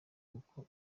kuko